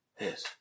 Yes